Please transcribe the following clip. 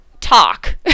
talk